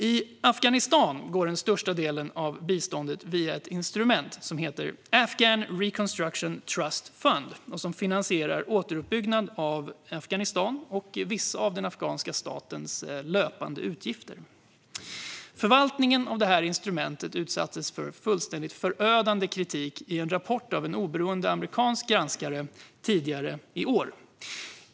I Afghanistan går den största delen av biståndet via ett instrument som heter Afghan Reconstruction Trust Fund och som finansierar återuppbyggnad av Afghanistan och vissa av den afghanska statens löpande utgifter. Förvaltningen av instrumentet utsattes för fullständigt förödande kritik i en rapport från en oberoende amerikansk granskare tidigare i år.